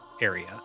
area